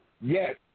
Yes